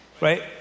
right